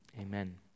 amen